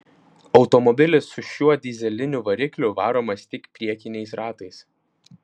automobilis su šiuo dyzeliniu varikliu varomas tik priekiniais ratais